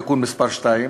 תיקון מס' 2,